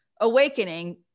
awakening